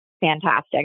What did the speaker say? fantastic